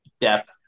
depth